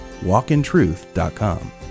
walkintruth.com